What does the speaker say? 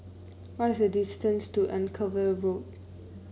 what is the distance to Anchorvale Road